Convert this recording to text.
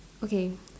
okay